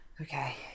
Okay